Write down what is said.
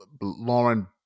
Lauren